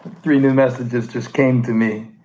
three new messages just came to me,